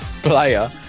Player